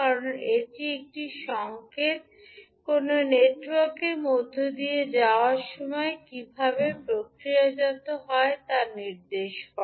কারণ এটি একটি সংকেত কোনও নেটওয়ার্কের মধ্য দিয়ে যাওয়ার সময় কীভাবে প্রক্রিয়াজাত হয় তা নির্দেশ করে